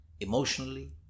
emotionally